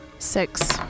Six